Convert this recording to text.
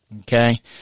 okay